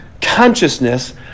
consciousness